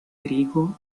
trigo